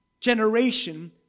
generation